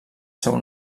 seu